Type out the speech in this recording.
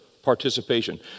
Participation